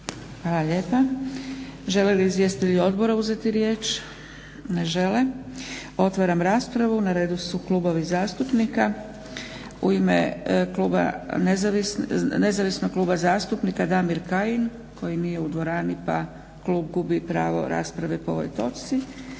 Dragica (SDP)** Žele li izvjestitelji Odbora uzeti riječ? Ne žele. Otvaram raspravu. Na redu su klubovi zastupnika. U ime nezavisnog kluba zastupnika Damir Kajin koji nije u dvorani, pa klub gubi pravo rasprave po ovoj točci.